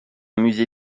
musée